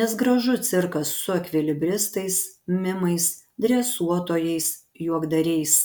nes gražu cirkas su ekvilibristais mimais dresuotojais juokdariais